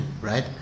right